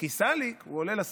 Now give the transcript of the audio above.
"כי סליק" הוא עולה על הסוס,